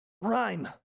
rhyme